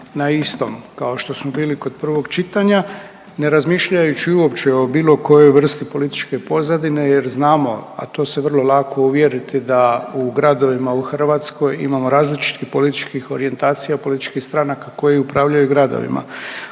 na istom kao što smo bili kod prvog čitanja, ne razmišljajući uopće o bilo kojoj vrsti političke pozadine jer znamo, a to se vrlo lako uvjeriti da u gradovima u Hrvatskoj imamo različitih političkih orijentacija, političkih stranaka koji upravljaju gradovima.